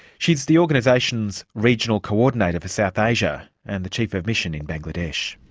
she's the organisation's regional coordinator for south asia, and the chief of mission in bangladesh.